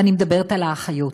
ואני מדברת על האחיות,